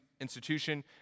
institution